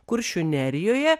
kuršių nerijoje